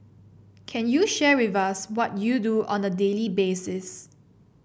can you share with us what you do on a daily basis